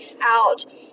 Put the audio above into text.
out